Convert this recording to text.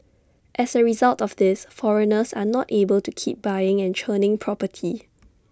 as A result of this foreigners are not able to keep buying and churning property